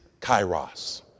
kairos